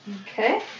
Okay